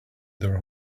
their